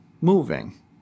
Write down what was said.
moving